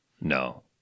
No